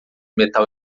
metal